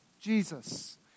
Jesus